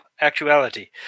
actuality